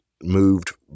moved